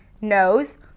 nose